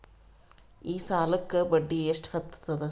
ಈ ಸಾಲಕ್ಕ ಬಡ್ಡಿ ಎಷ್ಟ ಹತ್ತದ?